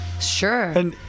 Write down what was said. Sure